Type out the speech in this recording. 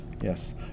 Yes